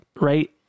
right